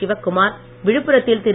சிவக்குமார் விழுப்புரத்தில் திரு